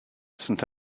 saint